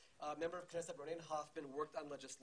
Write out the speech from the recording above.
הם מפרידים בין זה לזה ולדעתי חשוב לאחד